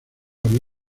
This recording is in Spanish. había